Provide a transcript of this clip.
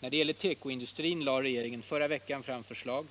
När det gäller tekoindustrin lade regeringen förra veckan fram förslag